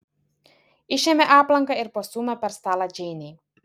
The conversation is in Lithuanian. išėmė aplanką ir pastūmė per stalą džeinei